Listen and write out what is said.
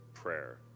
Prayer